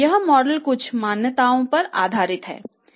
यह मॉडल कुछ मान्यताओं पर आधारित है